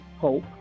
hope